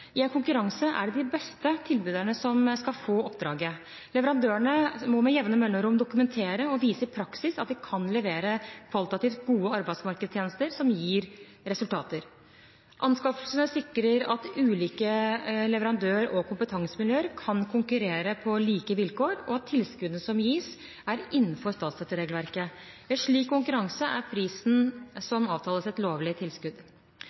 I en konkurranse er det de beste tilbyderne som skal få oppdraget. Leverandørene må med jevne mellomrom dokumentere og vise i praksis at de kan levere kvalitativt gode arbeidsmarkedstjenester som gir resultater. Anskaffelsene sikrer at ulike leverandør- og kompetansemiljøer kan konkurrere på like vilkår, og at tilskuddene som gis, er innenfor statsstøtteregelverket. Ved slik konkurranse er prisen som avtales, et lovlig tilskudd.